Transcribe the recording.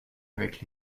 avec